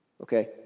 okay